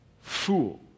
fool